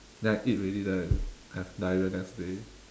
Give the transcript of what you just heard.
then I eat already then I have diarrhoea next day